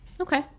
Okay